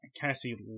Cassie